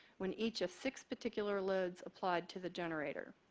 when each of six particular loads applied to the generator.